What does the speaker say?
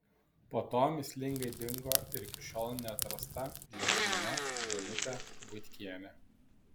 po to mįslingai dingo ir iki šiol neatrasta jo žmona danutė buitkienė